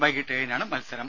വൈകീട്ട് ഏഴിനാണ് മത്സരം